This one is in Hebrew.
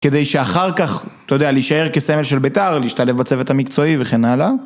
כדי שאחר כך, אתה יודע, להישאר כסמל של ביתר, להשתלב בצוות המקצועי וכן הלאה.